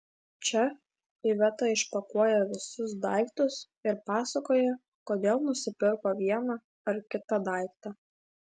čia iveta išpakuoja visus daiktus ir pasakoja kodėl nusipirko vieną ar kitą daiktą